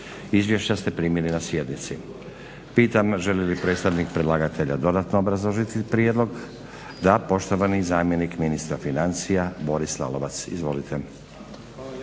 Izvješća ste primili na sjednici. Pitam želi li predstavnik predlagatelja dodatno obrazložiti prijedlog? Da. Poštovani zamjenik ministra financija, Boris Lalovac. Izvolite.